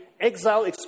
exile